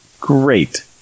Great